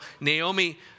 Naomi